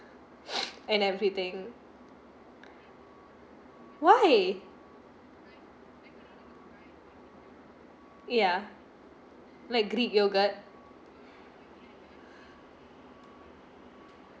and everything why yeah like greek yogurt